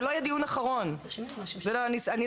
זה לא יהיה דיון אחרון,